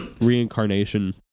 reincarnation